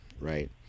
Right